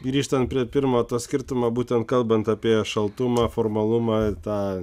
grįžtant prie pirmo to skirtumo būtent kalbant apie šaltumą formalumą tą